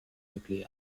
quickly